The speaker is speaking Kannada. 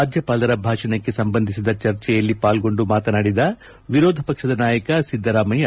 ರಾಜ್ಯಪಾಲರ ಭಾಷಣಕ್ಕೆ ಸಂಬಂಧಿಸಿದ ಚರ್ಚೆಯಲ್ಲಿ ಪಾಲ್ಗೊಂಡು ಮಾತನಾಡಿದ ವಿರೋಧ ಪಕ್ಷದ ನಾಯಕ ಸಿದ್ದರಾಮಯ್ಯ